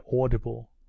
audible